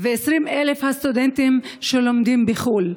ו-20,000 הסטודנטים שלומדים בחו"ל.